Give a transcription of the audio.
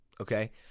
Okay